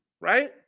right